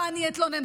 ואני אתלונן.